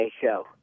show